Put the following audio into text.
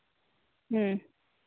ᱦᱮᱸ